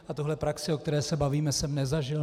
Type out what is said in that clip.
A tuhle praxi, o které se bavíme, jsem nezažil.